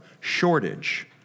shortage